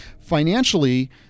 Financially